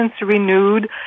renewed